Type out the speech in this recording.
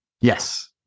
Yes